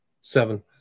Seven